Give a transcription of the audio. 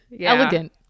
Elegant